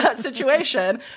situation